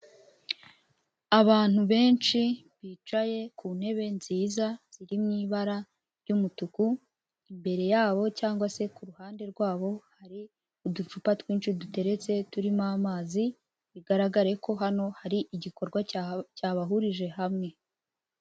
Abantu benshi bicaye ku ntebe nziza ziri mu ibara ry'umutuku imbere yabo cyangwa se ku ruhande rwabo hari uducupa twinshi duteretse turimo amazi, bigaragare ko hano hari igikorwa cyabahurije hamwe.